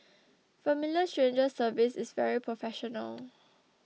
Familiar Strangers service is very professional